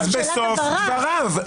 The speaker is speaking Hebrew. אז בסוף דבריו.